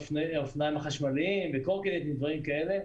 באופניים החשמליים ובקורקינטים, דברים כאלה.